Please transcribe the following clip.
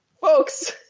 Folks